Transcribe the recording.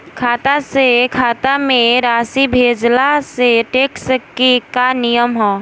खाता से खाता में राशि भेजला से टेक्स के का नियम ह?